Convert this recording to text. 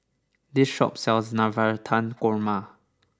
this shop sells Navratan Korma